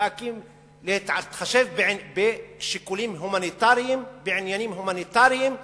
להתחשב בשיקולים הומניטריים, בעניינים הומניטריים.